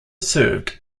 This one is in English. served